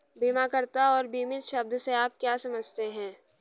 बीमाकर्ता और बीमित शब्द से आप क्या समझते हैं?